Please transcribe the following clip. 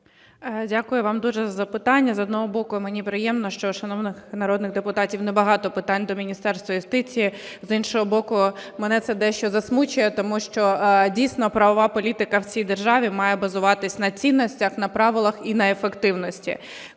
Дякую вам дуже за запитання. З одного боку, мені приємно, що у шановних народних депутатів небагато питань до Міністерства юстиції, з іншого боку, мене це дещо засмучує, тому що, дійсно, правова політика в цій державі має базуватися на цінностях, на правилах і на ефективності.